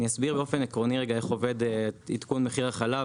אני אסביר באופן עקרוני איך עובד עדכון מחיר החלב,